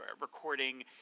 recording